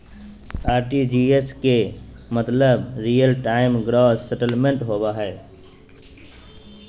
RTGS के मतलब real time gross settlement होबो हय